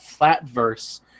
Flatverse